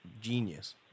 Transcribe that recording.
genius